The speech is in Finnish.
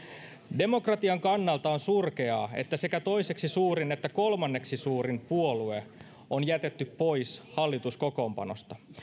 demokratian kannalta on surkeaa että sekä toiseksi suurin että kolmanneksi suurin puolue on jätetty pois hallituskokoonpanosta